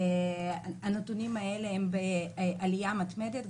הנתונים האלה נמצאים בעלייה מתמדת,